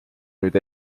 nüüd